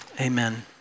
Amen